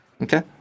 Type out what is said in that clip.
Okay